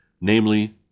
namely